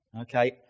Okay